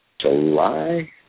July